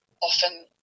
often